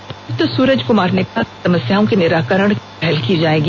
उपायुक्त सूरज कुमार ने कहा कि समस्याओं के निराकरण की पहल की जाएगी